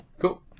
cool